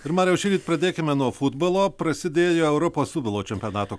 ir mariau šįryt pradėkime nuo futbolo prasidėjo europos futbolo čempionato